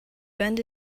bend